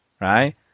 right